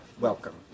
Welcome